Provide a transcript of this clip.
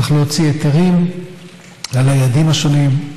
צריך להוציא היתרים ליעדים השונים,